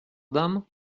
dame